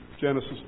Genesis